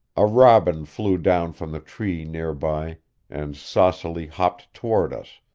a robin flew down from the tree near by and saucily hopped toward us,